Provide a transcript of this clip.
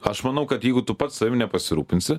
aš manau kad jeigu tu pats savim nepasirūpinsi